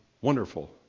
wonderful